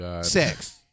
sex